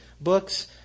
books